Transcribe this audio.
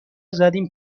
زدیم